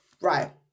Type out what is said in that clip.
right